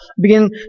begin